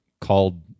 called